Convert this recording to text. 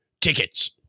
tickets